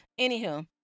Anywho